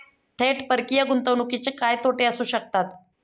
थेट परकीय गुंतवणुकीचे काय तोटे असू शकतात?